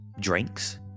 drinks